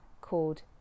called